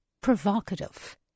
provocative